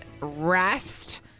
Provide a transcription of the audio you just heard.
rest